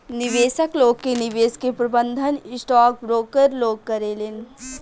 निवेशक लोग के निवेश के प्रबंधन स्टॉक ब्रोकर लोग करेलेन